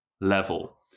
level